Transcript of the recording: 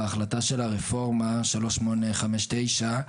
בהחלטה של הרפורמה, 3859,